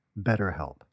BetterHelp